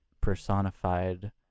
personified